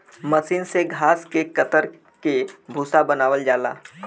मसीन से घास के कतर के भूसा बनावल जाला